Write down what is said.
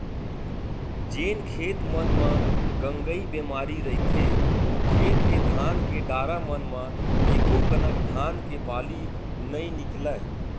जेन खेत मन म गंगई बेमारी रहिथे ओ खेत के धान के डारा मन म एकोकनक धान के बाली नइ निकलय